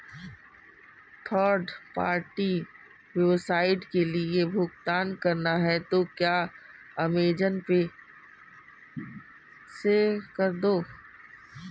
third party website के लिए भुगतान करना है तो क्या अमेज़न पे से कर दो